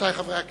2009 למניינם.